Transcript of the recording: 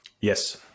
Yes